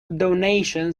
donation